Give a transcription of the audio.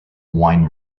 wine